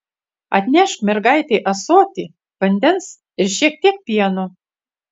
atnešk mergaitei ąsotį vandens ir šiek tiek pieno